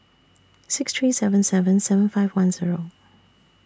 six three seven seven seven five one Zero